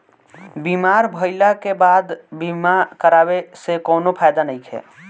बीमार भइले के बाद बीमा करावे से कउनो फायदा नइखे